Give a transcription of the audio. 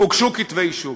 הוגשו כתבי-אישום.